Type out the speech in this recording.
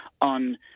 on